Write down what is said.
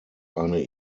eine